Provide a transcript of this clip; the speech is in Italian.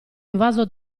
invaso